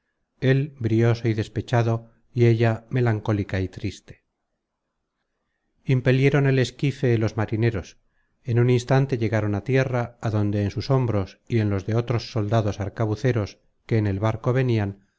él brioso y despechado y ella melancólica y triste impelieron el esquife los marineros en un instante llegaron á tierra á donde en sus hombros y en los de otros soldados arcabuceros que en el barco venian